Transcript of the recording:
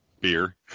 beer